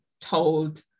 told